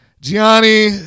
Gianni